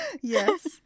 Yes